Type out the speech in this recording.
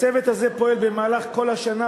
הצוות הזה פועל במהלך כל השנה,